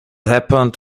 happened